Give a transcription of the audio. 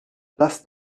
lasst